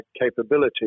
capability